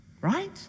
Right